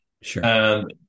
Sure